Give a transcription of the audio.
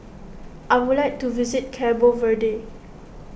I would like to visit Cabo Verde